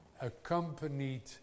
accompanied